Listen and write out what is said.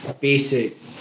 Basic